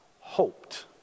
hoped